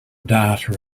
data